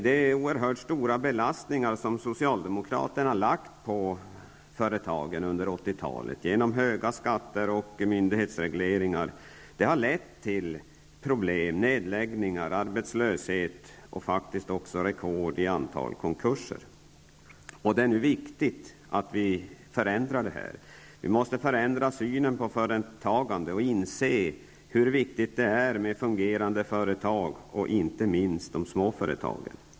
De oerhört stora belastningar som socialdemokraterna genom höga skatter och myndighetsregleringar har utsatt företagen för under 80-talet har lett till nedläggningar, arbetslöshet och också till ett rekord i antal konkurser. Det är nu hög tid att förändra synen på företagande och att inse hur viktigt det är med fungerande företag, inte minst när det gäller de små företagen.